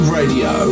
Radio